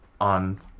on